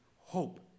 hope